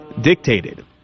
dictated